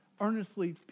earnestly